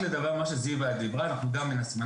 לגבי מה שדיברה אמרה, אנחנו גם מנסים.